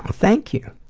ah thank you.